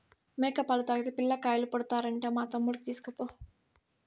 మేక పాలు తాగితే పిల్లకాయలు పుడతారంట మా తమ్ముడికి తీస్కపో